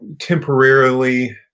temporarily